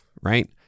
right